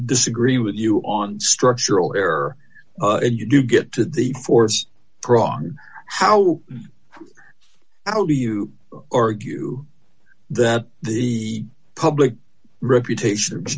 disagree with you on structural error and you do get to the force prong how how do you argue that the public reputation